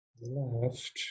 left